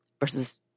versus